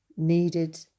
needed